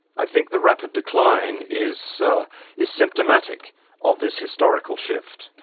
i think the rapid decline is ah is symptomatic of this historical shift.